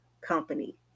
company